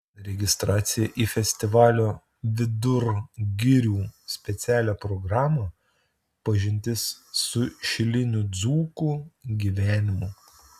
registracija į festivalio vidur girių specialią programą pažintis su šilinių dzūkų gyvenimu